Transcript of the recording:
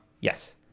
Yes